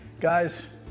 guys